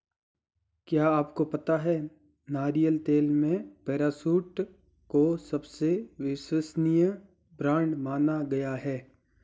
क्या आपको पता है नारियल तेल में पैराशूट को सबसे विश्वसनीय ब्रांड माना गया है?